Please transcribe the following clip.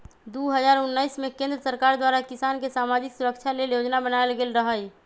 दू हज़ार उनइस में केंद्र सरकार द्वारा किसान के समाजिक सुरक्षा लेल जोजना बनाएल गेल रहई